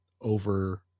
over